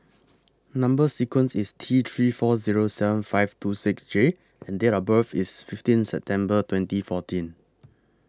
Number sequence IS T three four Zero seven five two six J and Date of birth IS fifteen September twenty fourteen